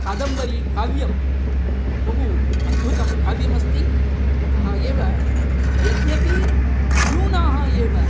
कादम्बरीकाव्यं बहु अद्भुतं काव्यमस्ति अतः एव यद्यपि न्यूनः एव